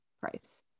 price